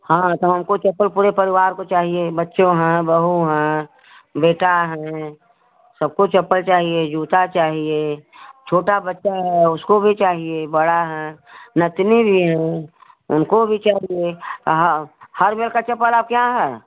हाँ तो हमको चप्पल पूरे परिवार को चाहिए बच्चों हैं बहु है बेटा है सबको चप्पल चाहिए जूता चाहिए छोटा बच्चा है उसको भी चाहिए बड़ा है नतिनी भी है उनको भी चाहिए हर मेल का चप्पल आपके यहाँ है